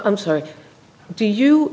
i'm sorry do you